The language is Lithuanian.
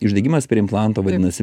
uždegimas prie implanto vadinasi